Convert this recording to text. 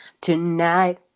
tonight